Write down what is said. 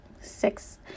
six